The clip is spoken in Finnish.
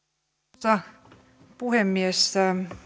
arvoisa puhemies